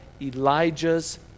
Elijah's